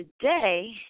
today